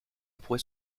pourrait